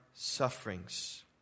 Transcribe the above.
Sufferings